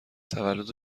تولد